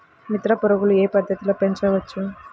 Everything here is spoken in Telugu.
మిత్ర పురుగులు ఏ పద్దతిలో పెంచవచ్చు?